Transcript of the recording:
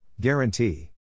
Guarantee